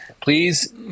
please